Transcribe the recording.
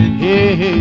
hey